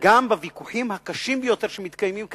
גם בוויכוחים הקשים ביותר שמתקיימים כאן,